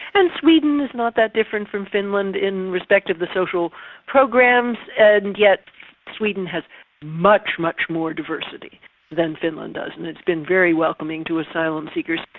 and sweden is not that different from finland in respect of the social programs and yet sweden has much much more diversity than finland does and it's been very welcoming to asylum seekers.